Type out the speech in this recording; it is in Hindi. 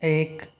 एक